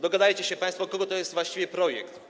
Dogadajcie się państwo, czyj to jest właściwie projekt.